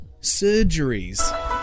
surgeries